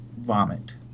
vomit